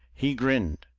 he grinned.